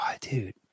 dude